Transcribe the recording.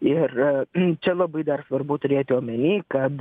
ir čia labai dar svarbu turėti omeny kad